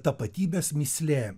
tapatybės mįslė